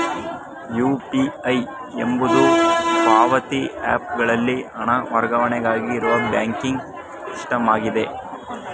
UPI ಎಂಬುದು ಪಾವತಿ app ಗಳಲ್ಲಿ ಹಣ ವರ್ಗಾವಣೆಗಾಗಿ ಇರುವ ಬ್ಯಾಂಕಿಂಗ್ ಸಿಸ್ಟಮ್ ಆಗಿದೆ